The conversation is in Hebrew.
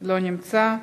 לא נמצא.